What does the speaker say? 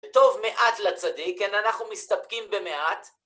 טוב מעט לצדיק, כן, אנחנו מסתפקים במעט.